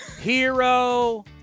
hero